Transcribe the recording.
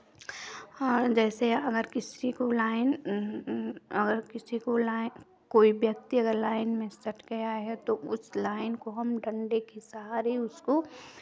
और जैसे अगर किसी को लाइन अगर किसी को लाइन कोई व्यक्ति अगर लाइन में सट गया है तो उस लाइन को हम डंडे के सहारे उसको